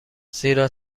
زیرا